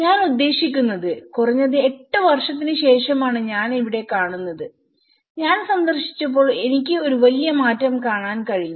ഞാൻ ഉദ്ദേശിക്കുന്നത് കുറഞ്ഞത് എട്ട് വർഷത്തിന് ശേഷമാണ് ഞാൻ ഇവിടെ കാണുന്നത് ഞാൻ സന്ദർശിച്ചപ്പോൾ എനിക്ക് ഒരു വലിയ മാറ്റം കാണാൻ കഴിഞ്ഞു